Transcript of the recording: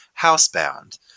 Housebound